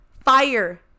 Fire